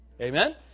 Amen